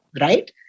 right